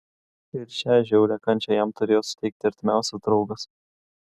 ir šią žiaurią kančią jam turėjo suteikti artimiausias draugas